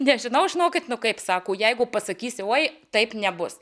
nežinau žinokit nu kaip sako jeigu pasakysiu oi taip nebus